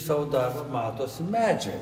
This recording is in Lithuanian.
savo darbą matosi medžiai